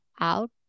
out